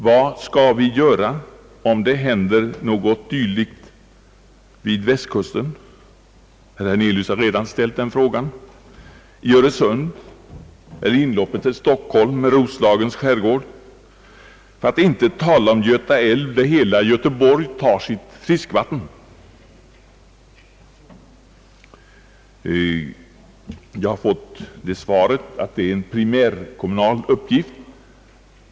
Vad skall vi göra om det händer en olycka av detta slag vid Västkusten — herr Hernelius har redan ställt denna fråga — i Öresund eller i inloppet till Stockholm med Roslagens skärgård, för att inte tala om Göta älv där hela Göteborg har sitt fiskvatten? Vi har fått det svaret att detta är en primärkommunal uppgift.